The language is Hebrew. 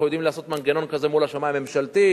אנחנו יודעים לעשות מנגנון כזה מול השמאי הממשלתי.